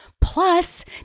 Plus